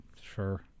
Sure